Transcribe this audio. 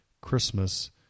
Christmas